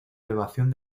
elevación